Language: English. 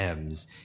Ms